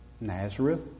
Nazareth